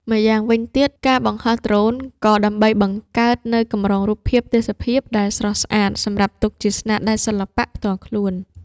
ម្យ៉ាងវិញទៀតការបង្ហោះដ្រូន ក៏ដើម្បីបង្កើតនូវកម្រងរូបភាពទេសភាពដែលស្រស់ស្អាតសម្រាប់ទុកជាស្នាដៃសិល្បៈផ្ទាល់ខ្លួន។